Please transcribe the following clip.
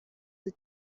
the